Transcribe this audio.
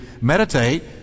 meditate—